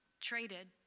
traded